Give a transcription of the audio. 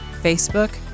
Facebook